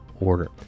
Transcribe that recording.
order